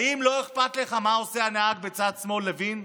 האם לא אכפת לך מה עושה הנהג בצד שמאל, לוין?